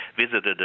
visited